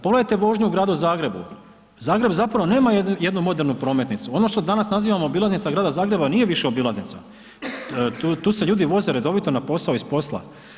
Pogledajte vožnju u Gradu Zagrebu, Zagreb zapravo nema jednu modernu prometnicu, ono što danas nazivamo obilaznica Grada Zagreba, nije više obilaznica, tu se ljudi voze redovito na posao i s posla.